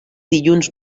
dilluns